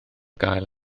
gael